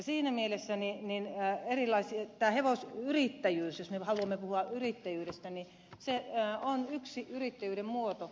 siinä mielessä tämä hevosyrittäjyys jos me haluamme puhua yrittäjyydestä on yksi yrittäjyyden muoto